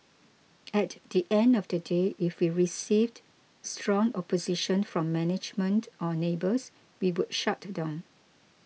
at the end of the day if we received strong opposition from management or neighbours we would shut down